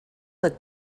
look